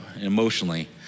emotionally